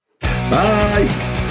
bye